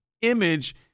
image